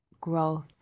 growth